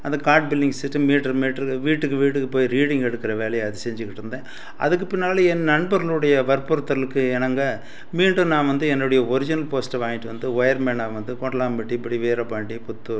அந்த card billing system meter meter வீட்டுக்கு வீடு போய் ரீடிங் எடுக்கிற வேலையை அது செஞ்சிக்கிட்டு இருந்தேன் அதுக்கு பின்னால் என் நண்பர்களுடைய வற்புறுத்தலுக்கு இணங்க மீண்டும் நான் வந்து என்னுடைய ஒரிஜினல் போஸ்ட்டை வாங்கிட்டு வந்து ஒயர்மேனாக வந்து கொட்டலாம்பட்டி இப்படி வீரப்பாண்டி புத்தூர்